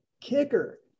Kicker